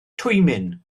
twymyn